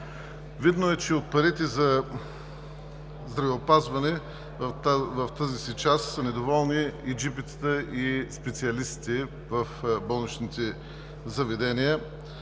Видно е, че от парите за здравеопазване в тази част са недоволни и джипитата, и специалистите в болничните заведения,